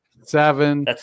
seven